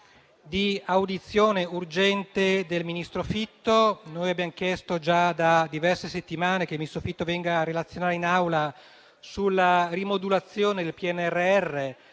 di audire urgentemente il ministro Fitto. Abbiamo chiesto già da diverse settimane che il ministro Fitto venga a relazionare in Aula sulla rimodulazione del PNRR.